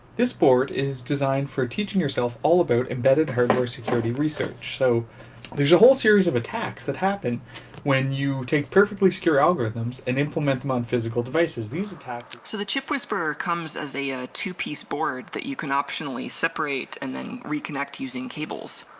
this board is designed for teaching yourself all about embedded hardware security research so there's a whole series of attacks that happen when you take perfectly secure algorithms and implement my own physical devices these attacks. so the chipwhisperer comes as a a two-piece board that you can optionally separate and then reconnect using cables.